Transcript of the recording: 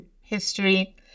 history